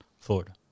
Florida